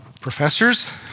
professors